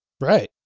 right